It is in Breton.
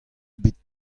bet